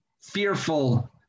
fearful